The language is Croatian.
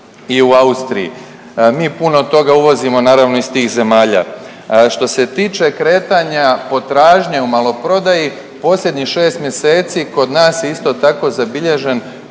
i u Austriji. Mi puno toga uvozimo naravno iz tih zemalja. Što se tiče kretanja potražnje u maloprodaji, posljednjih 6 mjeseci kod nas je isto tako zabilježen